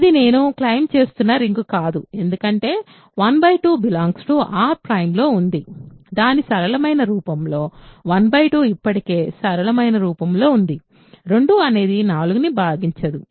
ఇది నేను క్లెయిమ్ చేస్తున్న రింగ్ కాదు ఎందుకంటే 1 2 R ′ లో ఉంది దాని సరళమైన రూపంలో 1 2 ఇప్పటికే సరళమైన రూపంలో ఉంది 2 అనేది 4 ని భాగించదు